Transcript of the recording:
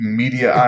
media